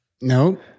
No